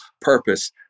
purpose